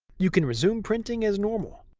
you can resume printing as normal.